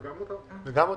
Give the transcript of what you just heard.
וגם את בנק ישראל.